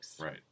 Right